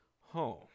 home